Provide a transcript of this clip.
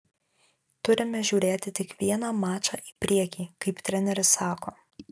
turime žiūrėti tik vieną mačą į priekį kaip treneris sako